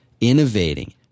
innovating